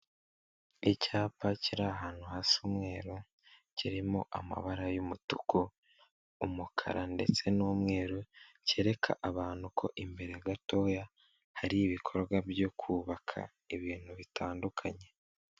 Icyapa kiri ahantu hasa umweru kirimo amabara y'umutuku ,umukara ndetse n'umweru kereka abantu ko imbere gatoya hari ibikorwa byo kubaka ibintu bitandukanye.